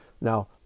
Now